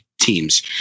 teams